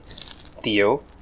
Theo